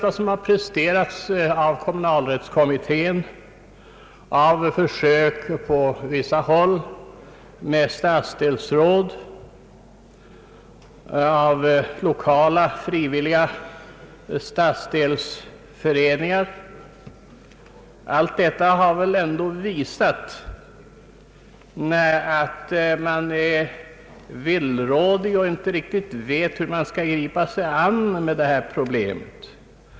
Vad som har presterats av kommunalrättskommittén, i försöken på vissa håll med stadsdelsråd, samt vad som har uträttats av lokala frivilliga stadsdelsföreningar, har väl ändå visat att man är villrådig och inte riktigt vet hur man skall gripa sig an problemet.